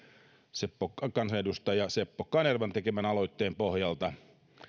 kansanedustaja seppo kanervan tekemän aloitteen pohjalta